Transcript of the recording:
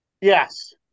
Yes